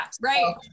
Right